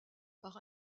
par